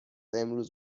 امروز